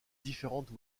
différentes